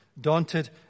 daunted